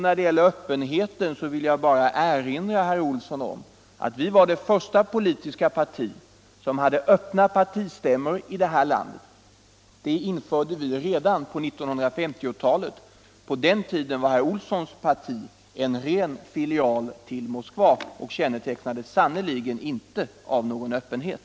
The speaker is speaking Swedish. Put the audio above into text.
När det gäller öppenheten vill jag erinra herr Olsson om att vi var det första politiska parti i det här landet som hade öppna partistämmor. Det införde vi redan på 1950-talet. På den tiden var herr Olssons parti blott en filial till Moskva och kännetecknades sannerligen inte av någon öppenhet.